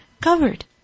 covered